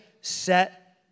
set